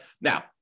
Now